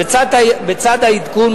בצד העדכון,